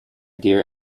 dear